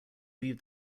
leave